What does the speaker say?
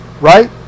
right